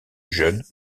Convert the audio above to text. jeunes